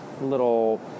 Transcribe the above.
little